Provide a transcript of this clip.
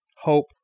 hope